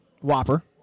Whopper